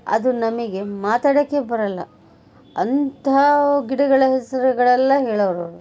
ಅದು ನಮಗೆ ಮಾತಾಡೋಕ್ಕೆ ಬರೋಲ್ಲ ಅಂಥವು ಗಿಡಗಳ ಹೆಸರುಗಳೆಲ್ಲ ಹೇಳೋರು ಅವರು